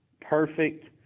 perfect